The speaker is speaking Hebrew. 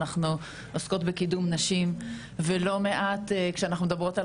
אנחנו עוסקות בקידום נשים ולא מעט כשאנחנו מדברות על